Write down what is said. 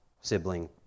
sibling